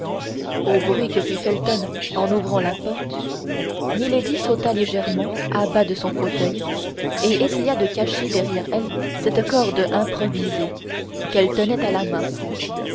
au bruit que fit felton en ouvrant la porte milady sauta légèrement à bas de son fauteuil et essaya de cacher derrière elle cette corde improvisée qu'elle tenait à la main